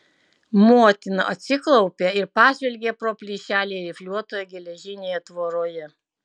motina atsiklaupė ir pažvelgė pro plyšelį rifliuotoje geležinėje tvoroje